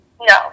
No